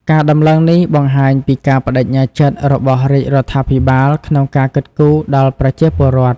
ការដំឡើងនេះបង្ហាញពីការប្តេជ្ញាចិត្តរបស់រាជរដ្ឋាភិបាលក្នុងការគិតគូរដល់ប្រជាពលរដ្ឋ។